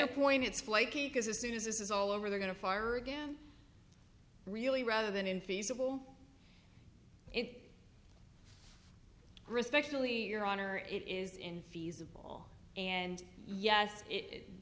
it's flaky because as soon as this is all over they're going to fire again really rather than infeasible it respectfully your honor it is in feasible and yes it i